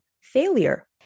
failure